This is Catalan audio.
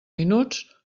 minuts